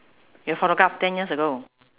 your photograph ten years ago